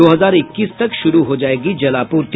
दो हजार इक्कीस तक शुरू हो जायेगी जलापूर्ति